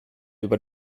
über